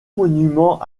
monuments